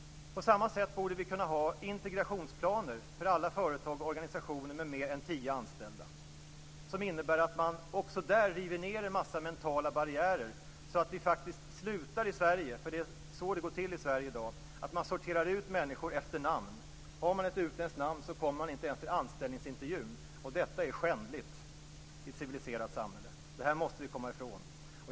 På samma sätt borde vi kunna ha integrationsplaner för alla företag och organisationer med mer än tio anställda innebärande att man också där river ned en mängd mentala barriärer så att vi i Sverige - det är ju så det går till i Sverige i dag - slutar sortera ut människor efter namn. Har man ett utländskt namn kommer man ju inte ens till en anställningsintervju. Detta är skändligt i ett civiliserat samhälle. Det här måste vi komma ifrån.